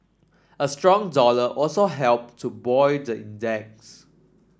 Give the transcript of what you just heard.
a strong dollar also helped to buoy the index